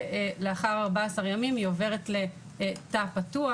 לאחר 14 ימים היא עוברת לתא פתוח